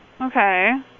Okay